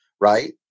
right